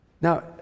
now